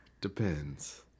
depends